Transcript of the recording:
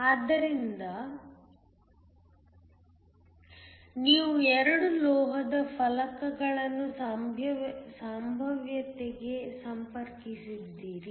ಆದ್ದರಿಂದ ನೀವು 2 ಲೋಹದ ಫಲಕಗಳನ್ನು ಸಂಭಾವ್ಯತೆಗೆ ಸಂಪರ್ಕಿಸಿದ್ದೀರಿ